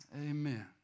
Amen